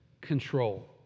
control